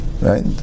Right